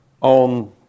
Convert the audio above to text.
on